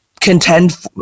contend